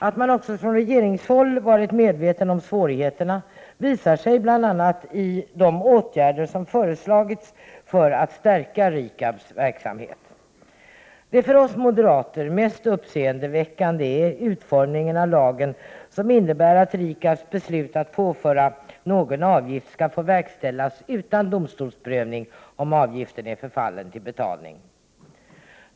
Att man också från regeringshåll har varit medveten om svårigheterna framgår bl.a. av de åtgärder som föreslagits för att stärka RIKAB:s verksamhet. Det för oss moderater mest uppseendeväckande är utformningen av lagen, som innebär att RIKAB:s beslut att påföra någon avgift skall få verkställas utan domstolsprövning om avgiften är förfallen till betalning.